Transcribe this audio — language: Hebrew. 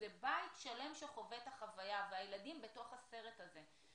זה בית שלם שחווה את החוויה והילדים בתוך הסרט הזה.